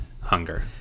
hunger